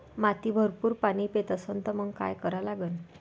माती भरपूर पाणी पेत असन तर मंग काय करा लागन?